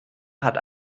hat